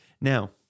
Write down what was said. Now